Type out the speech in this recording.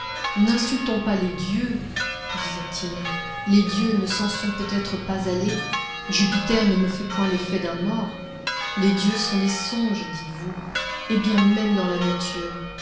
n'insultons pas les dieux disait-il les dieux ne s'en sont peut-être pas allés jupiter ne me fait point l'effet d'un mort les dieux sont des songes dites-vous eh bien même dans la nature